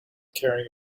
carrying